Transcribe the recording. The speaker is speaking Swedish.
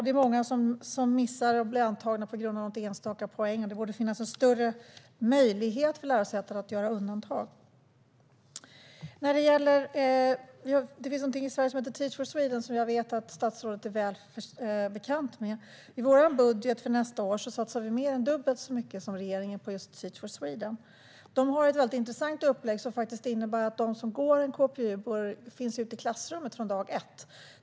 Det är också många som missar att bli antagna på grund av något enstaka poäng. Det borde finnas större möjlighet för lärosätena att göra undantag. Det finns någonting i Sverige som heter Teach for Sweden, vilket jag vet att statsrådet är väl bekant med. I vårt budgetförslag för nästa år satsar vi mer än dubbelt så mycket som regeringen på just Teach for Sweden. Detta program har ett väldigt intressant upplägg som faktiskt innebär att de som går en KPU finns ute i klassrummen från dag ett.